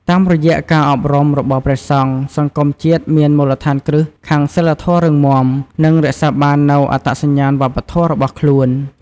តាមរយៈការអប់រំរបស់ព្រះសង្ឃ សង្គមជាតិមានមូលដ្ឋានគ្រឹះខាងសីលធម៌រឹងមាំ និងរក្សាបាននូវអត្តសញ្ញាណវប្បធម៌របស់ខ្លួន។